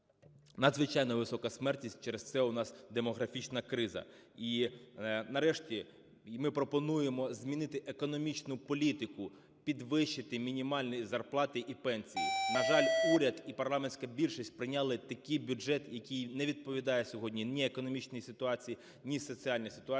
надзвичайно висока смертність, через це у нас демографічна криза. І нарешті ми пропонуємо змінити економічну політику: підвищити мінімальні зарплати і пенсії. На жаль, уряд і парламентська більшість прийняли такий бюджет, який не відповідає сьогодні ні економічній ситуації, ні соціальній ситуації